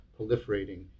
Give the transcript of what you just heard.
proliferating